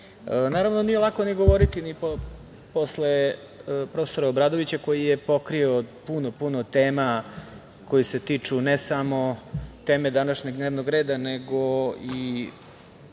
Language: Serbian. države. Naravno, nije lako govoriti posle profesora Obradovića, koji je pokrio puno, puno tema koje se tiču ne samo teme današnjeg dnevnog reda, nego i